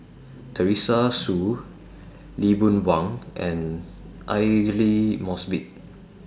Teresa Hsu Lee Boon Wang and Aidli Mosbit